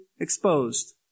exposed